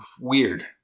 weird